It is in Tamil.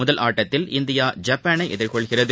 முதல் ஆட்டத்தில் இந்தியா ஜப்பானை எதிர்கொள்கிறது